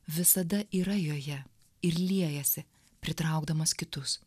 visada yra joje ir liejasi pritraukdamas kitus